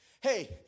Hey